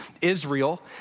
Israel